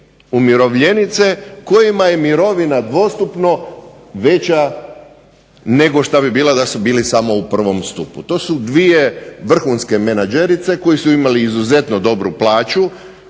umirovljenice kojima je mirovina …/Govornik se ne razumije./… veća nego šta bi bila da su bili samo u 1. stupu. To su dvije vrhunske menadžerice koje su imale izuzetno dobru plaću,